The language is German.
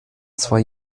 zwar